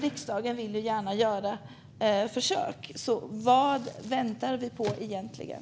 Riksdagen vill ju gärna göra försök, så vad väntar vi på egentligen?